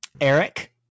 Eric